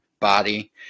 body